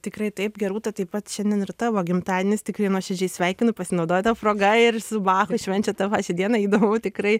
tikrai taip gerūta taip pat šiandien ir tavo gimtadienis tikrai nuoširdžiai sveikinu pasinaudoju ta proga ir su bachu švenčiat tą pačią dieną įdomu tikrai